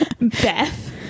beth